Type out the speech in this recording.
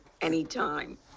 Anytime